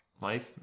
life